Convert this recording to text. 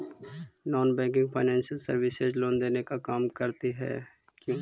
Non banking financial services loan देने का काम करती है क्यू?